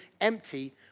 empty